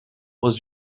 was